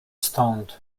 stoned